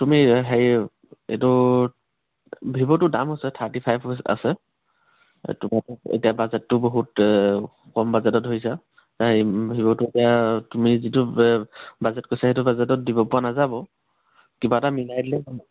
তুমি হেৰি এইটো ভিভ'টো দাম হৈছে থাৰ্টি ফাইভ হৈ আছে এতিয়া বাজেটো বহুত কম বাজেটেই ধৰিছা নাই ভিভ'টো এতিয়া তুমি যিটো বাজেট কৈছা সেইটো বাজেটত দিব পৰা নাযাব কিবা এটা মিলাই দিলে হ'ল